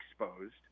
exposed